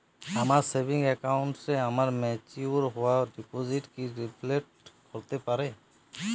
আমার সেভিংস অ্যাকাউন্টে আমার ম্যাচিওর হওয়া ডিপোজিট কি রিফ্লেক্ট করতে পারে?